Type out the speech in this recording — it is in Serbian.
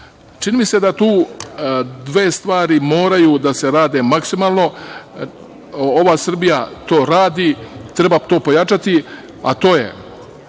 čini mi se da tu dve stvari moraju da se rade maksimalno. Ova Srbija to radi, treba to pojačati, a to je